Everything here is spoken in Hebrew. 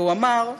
והוא אמר,